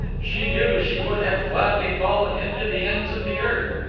she knew she would have gladly followed him to the ends of the earth.